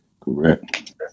Correct